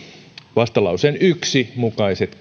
vastalauseen yksi mukaiset